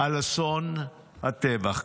על אסון הטבח".